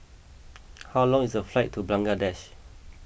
how long is the flight to Bangladesh